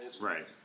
Right